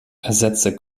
ersetze